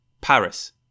Paris